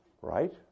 Right